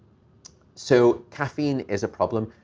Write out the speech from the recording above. so caffeine is a problem.